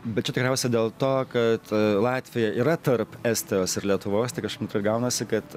bet čia tikriausia dėl to kad latvija yra tarp estijos ir lietuvos tai kažkaip gaunasi kad